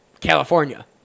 California